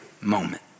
moment